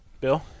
Bill